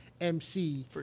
MC